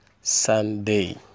Sunday